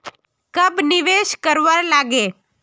कब निवेश करवार लागे?